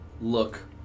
look